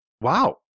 Wow